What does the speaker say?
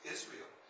Israel